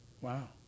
Wow